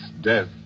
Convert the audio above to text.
death